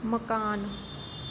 मकान